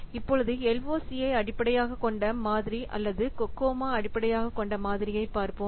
இப்பொழுது LOC அடிப்படையாகக்கொண்ட மாதிரி அல்லது COCOMO அடிப்படையாகக் கொண்ட மாதிரியை பார்ப்போம்